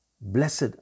Blessed